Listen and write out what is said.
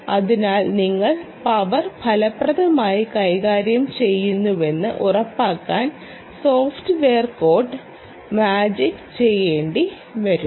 അതിനാൽ നിങ്ങൾ പവർ ഫലപ്രദമായി കൈകാര്യം ചെയ്യുന്നുവെന്ന് ഉറപ്പാക്കാൻ സോഫ്റ്റ്വെയർ കോഡ് മാജിക് ചെയ്യേണ്ടിവരും